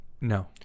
No